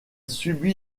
subit